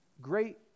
great